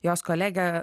jos kolegė